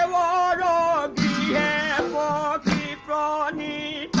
um ah da da um da da da da